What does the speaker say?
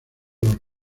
los